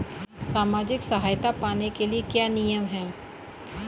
सामाजिक सहायता पाने के लिए क्या नियम हैं?